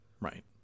Right